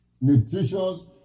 nutritious